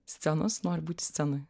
scenos noriu būti scenoj